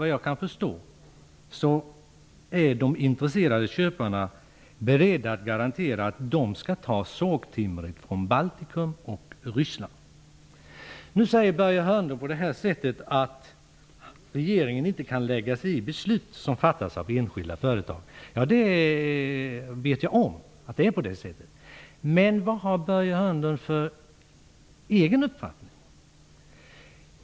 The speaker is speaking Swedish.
Såvitt jag förstår är de som är intresserade av att köpa sågen beredda att garantera att de skall ta sågtimret från Baltikum och Ryssland. Nu säger Börje Hörnlund att regeringen inte kan lägga sig i beslut som fattas av enskilda företag, och jag vet att det är så. Men vilken egen uppfattning har Börje Hörnlund?